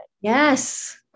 Yes